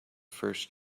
first